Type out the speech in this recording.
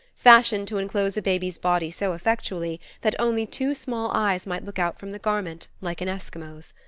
fashioned to enclose a baby's body so effectually that only two small eyes might look out from the garment, like an eskimo's.